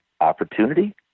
opportunity